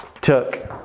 took